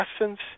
essence